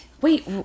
Wait